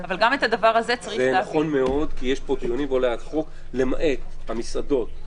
זה נכון מאוד, למעט המסעדות.